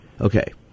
Okay